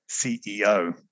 ceo